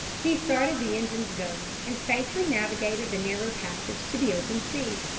he started the engines going, and safely navigated the narrow passage to the open sea.